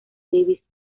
davis